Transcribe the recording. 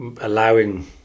allowing